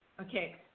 Okay